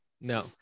No